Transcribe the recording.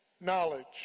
knowledge